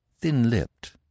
thin-lipped